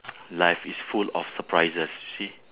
life is full of surprises you see